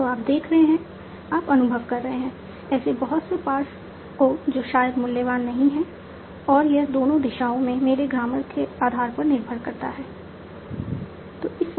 तो आप देख रहे हैं आप अनुभव कर रहे हैं ऐसे बहुत से पार्स को जो शायद मूल्यवान नहीं हैं और यह दोनों दिशाओं में मेरे ग्रामर के आधार पर निर्भर करता है